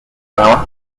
bower